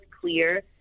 clear